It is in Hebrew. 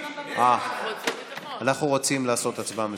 אנחנו רוצים לעשות הצבעה מסודרת.